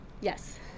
Yes